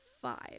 Five